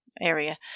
area